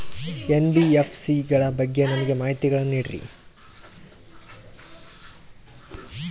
NBFC ಗಳ ಬಗ್ಗೆ ನಮಗೆ ಮಾಹಿತಿಗಳನ್ನ ನೀಡ್ರಿ?